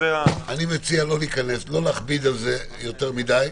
אני מציע לא להכביד בזה יותר מדי.